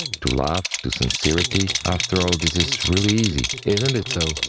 to love, to sincerity, after all, this is really easy. isn't it? so and